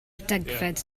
degfed